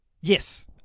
Yes